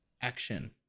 action